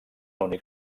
únic